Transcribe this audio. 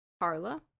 Carla